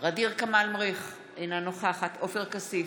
ע'דיר כמאל מריח, אינה נוכחת עופר כסיף,